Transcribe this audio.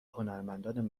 هنرمندان